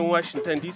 Washington